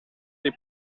dei